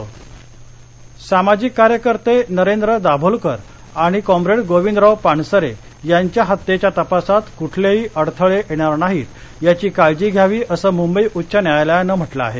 विवेकवादी नेते सामाजिक कार्यकर्ते नरेंद्र दाभोलकर आणि कॉम्रेड गोविंदराव पानसरे यांच्या हत्येच्या तपासात कुठलेही अडथळे येणार नाहीत याची काळजी घ्यावी असं मुंबई उच्च न्यायालयानं म्हटलं आहे